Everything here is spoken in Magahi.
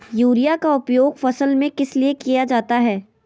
युरिया के उपयोग फसल में किस लिए किया जाता है?